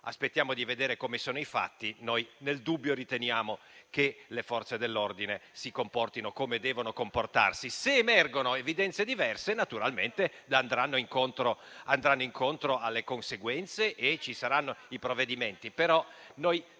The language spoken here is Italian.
Aspettiamo di vedere come stanno i fatti. Noi, nel dubbio, riteniamo che le Forze dell'ordine si comportino come devono comportarsi. Se emergeranno evidenze diverse naturalmente ci saranno conseguenze diverse e saranno assunti provvedimenti.